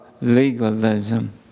legalism